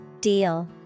Deal